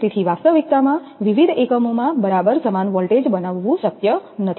તેથી વાસ્તવિકતામાં વિવિધ એકમોમાં બરાબર સમાન વોલ્ટેજ બનાવવું શક્ય નથી